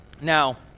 Now